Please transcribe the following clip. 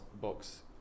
box